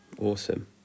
awesome